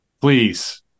Please